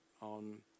on